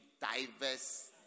diverse